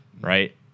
right